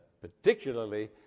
particularly